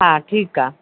हा ठीकु आहे